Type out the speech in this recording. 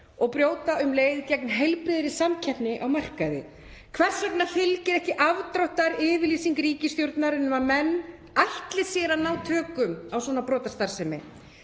og brjóta um leið gegn heilbrigðri samkeppni á markaði? Hvers vegna fylgir ekki afdráttarlaus yfirlýsing ríkisstjórnarinnar um að menn ætli sér að ná tökum á svona brotastarfsemi?